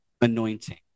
anointing